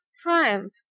triumph